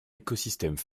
écosystème